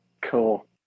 Cool